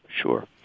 sure